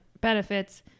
benefits